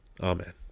Amen